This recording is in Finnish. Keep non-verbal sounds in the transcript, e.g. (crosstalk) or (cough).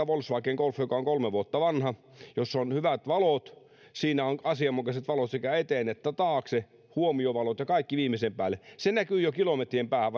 (unintelligible) volkswagen golf joka on kolme vuotta vanha jossa on hyvät valot asianmukaiset valot sekä eteen että taakse huomiovalot ja kaikki viimeisen päälle se näkyy jo kilometrien päähän (unintelligible)